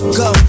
go